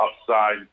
upside